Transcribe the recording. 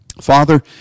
Father